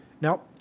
Now